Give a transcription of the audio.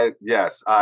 Yes